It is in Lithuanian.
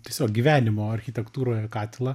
tiesiog gyvenimo architektūroje katilą